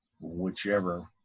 whichever